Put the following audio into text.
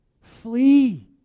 Flee